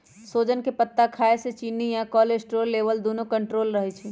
सोजन के पत्ता खाए से चिन्नी आ कोलेस्ट्रोल लेवल दुन्नो कन्ट्रोल मे रहई छई